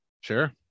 Sure